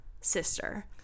sister